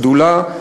בשדולה,